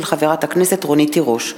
של חברת הכנסת רונית תירוש.